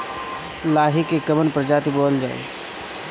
लाही की कवन प्रजाति बोअल जाई?